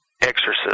exorcism